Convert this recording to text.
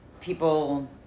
people